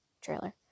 trailer